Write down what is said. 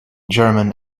german